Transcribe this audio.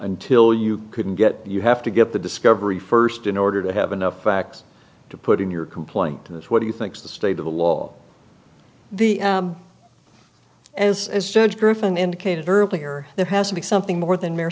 until you couldn't get you have to get the discovery first in order to have enough facts to put in your complaint that's what he thinks the state of the law the as as judge griffin indicated earlier there has to be something more than m